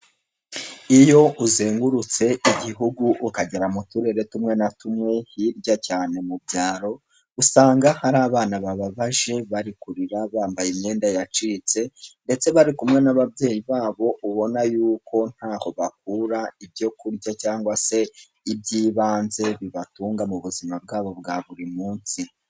Iyo uzengurutse Igihugu ukagera mu Turere tumwe na tumwe hirya cyane mu byaro, usanga hari abana bababaje bari kurira, bambaye imyenda yacitse ndetse bari kumwe n'ababyeyi babo ubona yuko ntaho bakura ibyo kurya cyangwa se iby'ibanze bibatunga mu buzima bwabo bwa buri munsi.